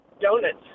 donuts